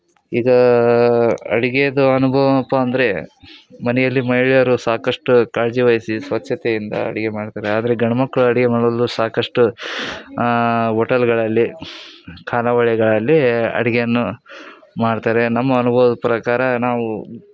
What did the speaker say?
ಈಗ ಅಡುಗೆಯದು ಅನುಭವಪ್ಪ ಅಂದ್ರೆ ಮನೆಯಲ್ಲಿ ಮಹಿಳೆಯರು ಸಾಕಷ್ಟು ಕಾಳಜಿ ವಹ್ಸಿ ಸ್ವಚ್ಛತೆಯಿಂದ ಅಡುಗೆ ಮಾಡ್ತಾರೆ ಆದರೆ ಗಂಡ್ ಮಕ್ಕಳು ಅಡುಗೆ ಮಾಡಲು ಸಾಕಷ್ಟು ಒಟೆಲ್ಗಳಲ್ಲಿ ಖಾನಾವಳಿಗಳಲ್ಲಿ ಅಡುಗೆಯನ್ನು ಮಾಡ್ತಾರೆ ನಮ್ಮ ಅನುಭವ್ದ ಪ್ರಕಾರ ನಾವು